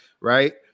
right